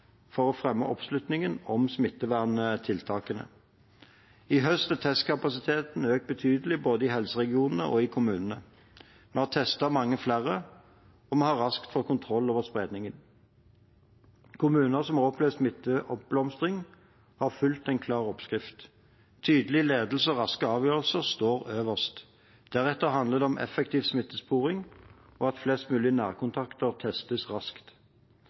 for å fremme oppslutning om smitteverntiltakene. I høst er testkapasiteten økt betydelig både i helseregionene og i kommunene. Vi har testet mange flere, og vi har raskt fått kontroll over spredningen. Kommuner som har opplevd smitteoppblomstring, har fulgt en klar oppskrift. Tydelig ledelse og raske avgjørelser står øverst. Deretter handler det om effektiv smittesporing, og at flest mulig nærkontakter testes raskt. Kommunene må ha nok personell i beredskap, og de må raskt